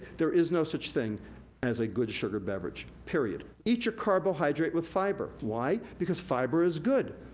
there is no such thing as a good sugar beverage, period. eat your carbohydrate with fiber. why? because fiber is good.